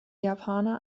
japaner